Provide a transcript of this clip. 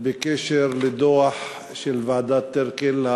בקשר לדוח ועדת טירקל,